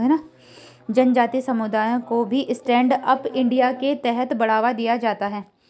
जनजाति समुदायों को भी स्टैण्ड अप इंडिया के तहत बढ़ावा दिया जाता है